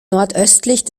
nordöstlich